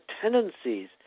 tendencies